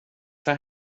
för